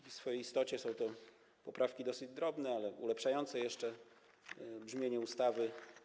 W swojej istocie są to poprawki dosyć drobne, ale ulepszające jeszcze brzmienie ustawy.